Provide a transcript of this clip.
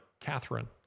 Catherine